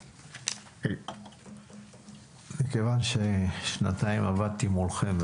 מכיוון ששנתיים עבדתי מולכם,